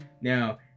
Now